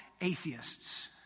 atheists